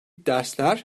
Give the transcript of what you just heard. dersler